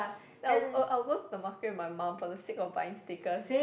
then I will I'll go to the market with my mum for the sake of buying stickers